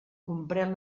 comprèn